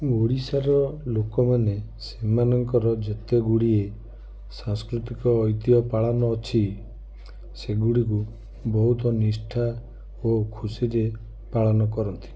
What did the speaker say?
ଓଡ଼ିଶାର ଲୋକମାନେ ସେମାନଙ୍କର ଯେତେ ଗୁଡ଼ିଏ ସାଂସ୍କୃତିକ ଐତିହ ପାଳନ ଅଛି ସେଗୁଡ଼ିକୁ ବହୁତ ନିଷ୍ଠା ଓ ଖୁସିରେ ପାଳନ କରନ୍ତି